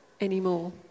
anymore